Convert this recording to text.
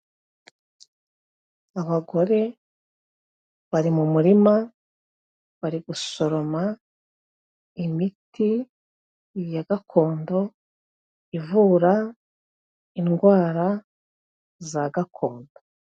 Abagore bari mu murima, bari gusoroma imiti ya gakondo, ivura indwara za gakondo.